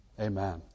Amen